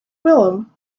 willem